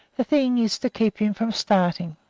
the thing is to keep him from starting.